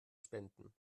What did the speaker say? spenden